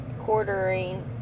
quartering